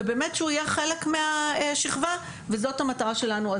ובאמת שהוא יהיה חלק מהשכבה וזאת המטרה שלנו.